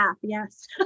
Yes